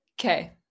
Okay